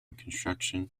construction